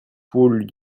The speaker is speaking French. poules